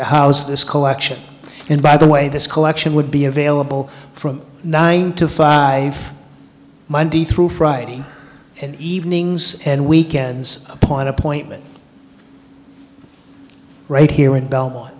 to house this collection and by the way this collection would be available from nine to five monday through friday evenings and weekends point appointment right here in bell